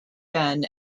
benn